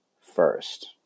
first